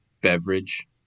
beverage